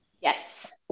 Yes